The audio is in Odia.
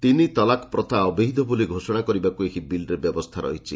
ତିନିତଲାକ୍ ପ୍ରଥା ଅବୈଧ ବୋଲି ଘୋଷଣା କରିବାକୁ ଏହି ବିଲ୍ରେ ବ୍ୟବସ୍ଥା ରହିଛି